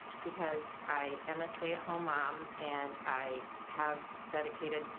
because i am a stay at home mom, and i have dedicated,